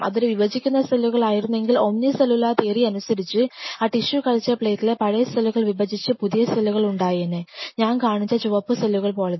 അതൊരു വിഭജിക്കുന്ന സെല്ലുകൾ ആയിരുന്നെങ്കിൽ ഓമ്നി സെല്ലുലാ തിയറി അനുസരിച്ച് ആ ടിഷ്യു കൾച്ചർ പ്ലേറ്റിലെ പഴയ സെല്ലുകൾ വിഭജിച്ച് പുതിയ സെല്ലുകൾ ഉണ്ടായേനെ ഞാൻ കാണിച്ച ആ ചുവപ്പ് സെല്ലുകൾ പോലത്തെ